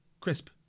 crisp